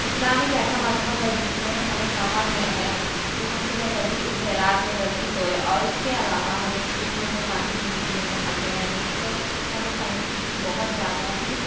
اسلام ایک ایسا مذہب ہے جس میں ہمیں کہا گیا ہے کہ ہم صبح جلدی اٹھے رات میں جلدی سوئے اور اس کے علاوہ ہمیں تین گھونٹ میں پانی پینے کے لیے کہا گیا ہے جس پہ ہمیں سائنٹفکلی بہت زیادہ ہی